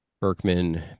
Berkman